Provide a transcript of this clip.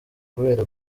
kubera